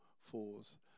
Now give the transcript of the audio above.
fours